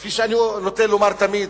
כפי שאני נוטה לומר תמיד,